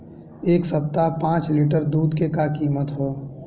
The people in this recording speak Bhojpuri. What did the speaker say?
एह सप्ताह पाँच लीटर दुध के का किमत ह?